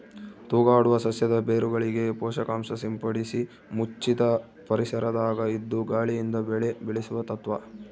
ತೂಗಾಡುವ ಸಸ್ಯದ ಬೇರುಗಳಿಗೆ ಪೋಷಕಾಂಶ ಸಿಂಪಡಿಸಿ ಮುಚ್ಚಿದ ಪರಿಸರದಾಗ ಇದ್ದು ಗಾಳಿಯಿಂದ ಬೆಳೆ ಬೆಳೆಸುವ ತತ್ವ